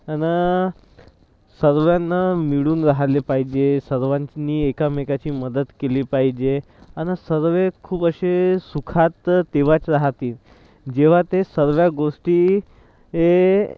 आणि सर्वांनी मिळून राहिलं पाहिजे सर्वांनी एकामेकाची मदत केली पाहिजे आणि सर्व खूप असे सुखात तेव्हाच राहतील जेव्हा ते सर्व गोष्टी हे